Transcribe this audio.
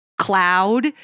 cloud